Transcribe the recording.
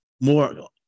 more